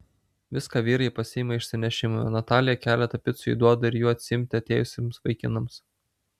viską vyrai pasiima išsinešimui o natalija keletą picų įduoda ir jų atsiimti atėjusiems vaikinams